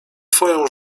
twoją